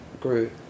grew